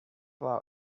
our